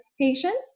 patients